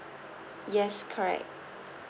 yes correct